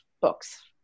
books